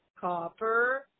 copper